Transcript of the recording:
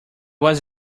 was